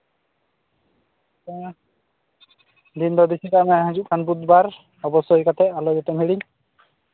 ᱫᱤᱱ ᱫᱚ ᱵᱮᱥᱤ ᱵᱟᱝ ᱦᱤᱡᱩᱜ ᱠᱟᱱ ᱵᱩᱫᱷᱵᱟᱨ ᱚᱵᱚᱥᱥᱳᱭ ᱠᱟᱛᱮᱫ ᱟᱞᱚ ᱡᱟᱛᱮᱢ ᱦᱤᱲᱤᱧ